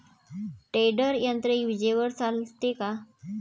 Tedder यंत्र विजेवर चालते का?